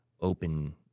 open